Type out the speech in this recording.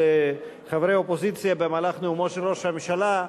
של חברי האופוזיציה במהלך נאומו של ראש הממשלה,